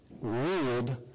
ruled